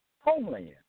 homeland